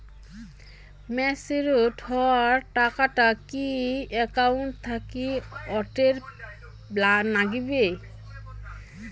Matured হওয়া টাকাটা কি একাউন্ট থাকি অটের নাগিবে?